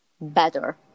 better